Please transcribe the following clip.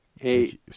Hey